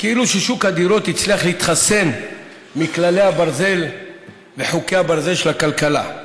כאילו ששוק הדירות הצליח להתחסן מכללי הברזל וחוקי הברזל של הכלכלה.